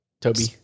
Toby